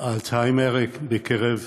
בקרב הצעירים,